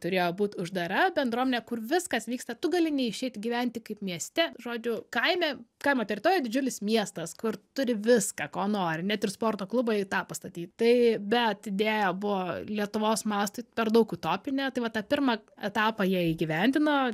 turėjo būt uždara bendruomenė kur viskas vyksta tu gali neišeit gyventi kaip mieste žodžiu kaime kaimo teritorijoj didžiulis miestas kur turi viską ko nori net ir sporto klubai tapo staty tai bet idėja buvo lietuvos mastai per daug utopinė tai va tą pirmą etapą jie įgyvendino